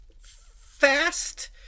fast